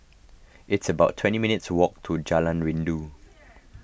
it's about twenty minutes' walk to Jalan Rindu